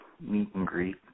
meet-and-greet